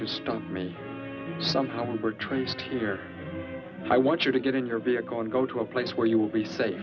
to stop me somehow we were traced here i want you to get in your vehicle and go to a place where you will be safe